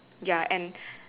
ya and